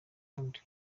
wundi